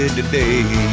today